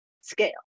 scale